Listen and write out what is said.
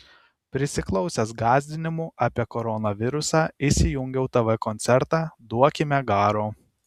prisiklausęs gąsdinimų apie koronavirusą įsijungiau tv koncertą duokime garo